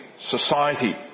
Society